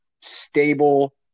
stable